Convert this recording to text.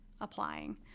applying